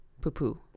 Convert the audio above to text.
Poo-poo